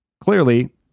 Clearly